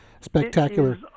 spectacular